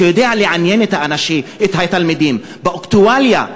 שיודע לעניין את התלמידים באקטואליה,